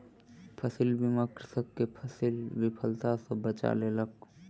फसील बीमा कृषक के फसील विफलता सॅ बचा लेलक